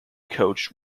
coached